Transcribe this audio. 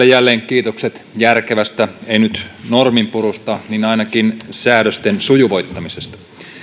jälleen kiitokset järkevästä ei nyt norminpurusta mutta ainakin säädösten sujuvoittamisesta